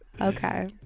Okay